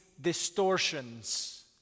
distortions